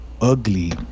ugly